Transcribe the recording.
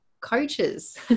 coaches